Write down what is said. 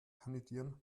kandidieren